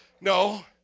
No